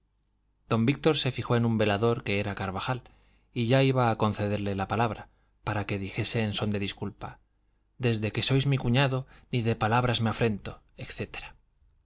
don víctor se fijó en un velador que era carvajal y ya iba a concederle la palabra para que dijese en son de disculpa desde que sois mi cuñado ni de palabras me afrento